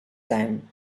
time